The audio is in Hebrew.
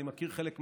אני מכיר חלק מהם,